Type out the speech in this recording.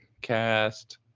cast